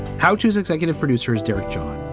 how tos executive producers derek john,